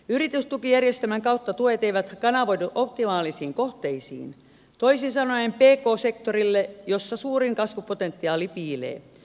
yritystukijärjestelmän kautta tuet eivät kanavoidu optimaalisiin kohteisiin toisin sanoen pk sektorille jossa suurin kasvupotentiaali piilee